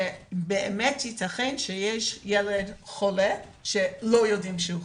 שבאמת ייתכן שיש ילד חולה שלא יודעים שהוא חולה.